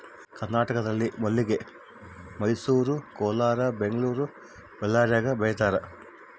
ಕರ್ನಾಟಕದಾಗ ಮಲ್ಲಿಗೆ ಮೈಸೂರು ಕೋಲಾರ ಬೆಂಗಳೂರು ಬಳ್ಳಾರ್ಯಾಗ ಬೆಳೀತಾರ